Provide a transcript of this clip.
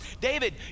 David